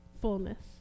fullness